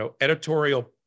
editorial